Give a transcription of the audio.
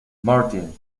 martin